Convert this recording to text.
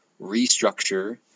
restructure